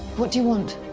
what do you want?